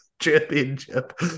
championship